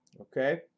okay